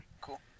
Cool